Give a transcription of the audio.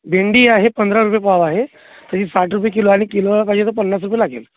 भेंडी आहे पंधरा रुपये पाव आहे तशी साठ रुपये किलो आणि किलो पाहिजे तर पन्नास रुपये लागेल